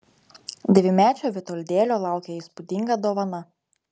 dvimečio vitoldėlio laukė įspūdinga dovana